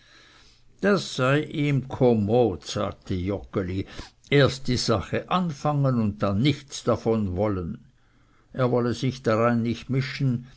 das sei ihm kommod sagte joggeli erst die sache anfangen und dann nichts davon wollen er wolle sich dar ein nicht mischen